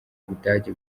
budage